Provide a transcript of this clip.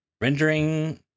rendering